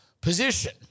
position